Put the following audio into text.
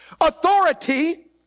authority